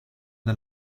the